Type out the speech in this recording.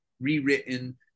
rewritten